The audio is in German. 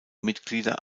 mitglieder